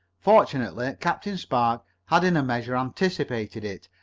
fortunately captain spark had in a measure anticipated it,